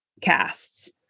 casts